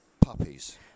Puppies